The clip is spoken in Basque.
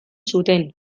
zuten